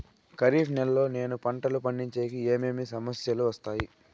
ఖరీఫ్ నెలలో నేను పంటలు పండించేకి ఏమేమి సమస్యలు వస్తాయి?